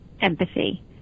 empathy